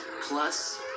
Plus